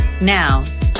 Now